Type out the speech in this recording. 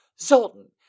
Zoltan